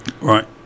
Right